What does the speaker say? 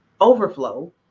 overflow